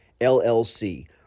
LLC